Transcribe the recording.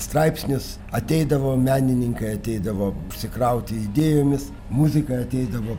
straipsnius ateidavo menininkai ateidavo pasikrauti idėjomis muzikai ateidavo